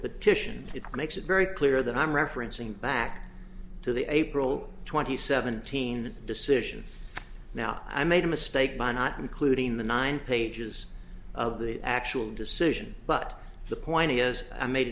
petition it makes it very clear that i'm referencing back to the april twenty seven thousand decision now i made a mistake by not including the nine pages of the actual decision but the point is i made